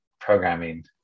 programming